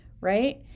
right